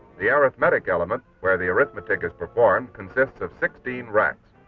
the arithmetic element where the arithmetic is performed consists of sixteen racks.